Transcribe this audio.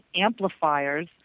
amplifiers